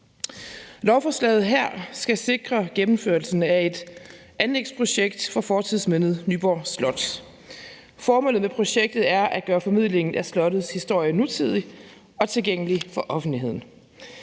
Lovforslaget her skal sikre gennemførelsen af et anlægsprojekt for fortidsmindet Nyborg Slot. Formålet med projektet er at gøre formidlingen af slottets historie nutidig og tilgængelig for offentligheden.